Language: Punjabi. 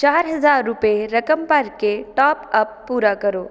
ਚਾਰ ਹਜ਼ਾਰ ਰੁਪਏ ਰਕਮ ਭਰ ਕੇ ਟੋਪ ਅੱਪ ਪੂਰਾ ਕਰੋ